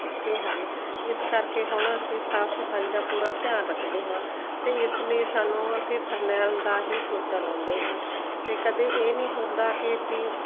ਪੱਕੇ ਹਨ ਇਸ ਕਰਕੇ ਹੁਣ ਅਸੀਂ ਸਾਫ ਸਫਾਈ ਦਾ ਪੂਰਾ ਧਿਆਨ ਰੱਖਦੇ ਹਾਂ ਅਤੇ ਇਸ ਲਈ ਸਾਨੂੰ ਅਸੀਂ ਫਰਨੈਲ ਦਾ ਹੀ ਪੋਚਾ ਲਾਉਂਦੇ ਹਾਂ ਅਤੇ ਕਦੇ ਇਹ ਨਹੀਂ ਹੁੰਦਾ ਕਿ ਪੀ